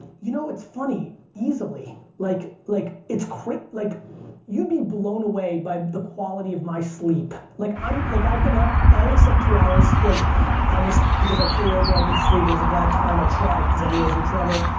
you know it's funny, easily. like like like you'd be blown away by the quality of my sleep. like um like i've been up, i only slept two hours like on this because i flew over, i didn't sleep, it was a bad time. i tried cause i knew i was in trouble,